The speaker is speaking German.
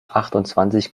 achtundzwanzig